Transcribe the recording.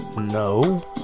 No